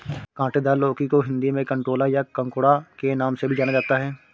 काँटेदार लौकी को हिंदी में कंटोला या ककोड़ा के नाम से भी जाना जाता है